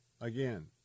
Again